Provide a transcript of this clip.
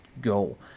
go